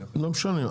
לא משנה,